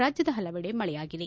ರಾಜ್ಯದ ಹಲವೆಡೆ ಮಳೆಯಾಗಿದೆ